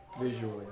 visually